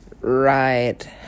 Right